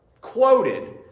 quoted